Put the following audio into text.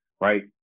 right